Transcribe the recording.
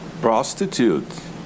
Prostitutes